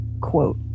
quote